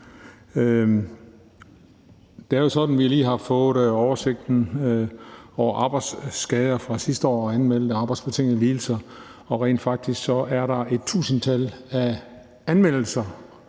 Det er jo sådan, at vi lige har fået oversigten over arbejdsskader fra sidste år – anmeldte arbejdsbetingede lidelser. Og rent faktisk er der et tusindtal af anmeldelser,